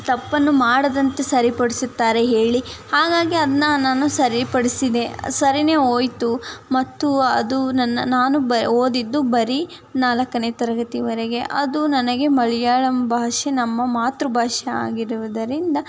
ತಪ್ಪನ್ನು ಮಾಡದಂತೆ ಸರಿಪಡಿಸುತ್ತಾರೆ ಹೇಳಿ ಹಾಗಾಗಿ ಅದನ್ನ ನಾನು ಸರಿಪಡಿಸಿದೆ ಸರಿನೆ ಹೋಯ್ತು ಮತ್ತು ಅದು ನನ್ನ ನಾನು ಬ ಓದಿದ್ದು ಬರಿ ನಾಲ್ಕನೇ ತರಗತಿವರೆಗೆ ಅದು ನನಗೆ ಮಲಯಾಳಂ ಭಾಷೆ ನಮ್ಮ ಮಾತೃಭಾಷೆ ಆಗಿರುವುದರಿಂದ